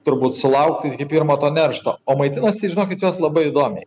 turbūt sulaukti iki pirmo to neršto o maitinasi žinokit jos labai įdomiai